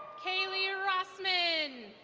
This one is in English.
kaylie rosman.